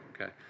okay